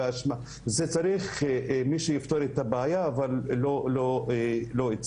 צריך מישהו שיפתור את הבעיה, אבל לא אצלנו.